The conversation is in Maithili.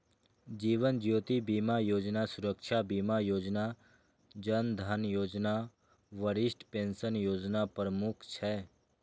जीवन ज्योति बीमा योजना, सुरक्षा बीमा योजना, जन धन योजना, वरिष्ठ पेंशन योजना प्रमुख छै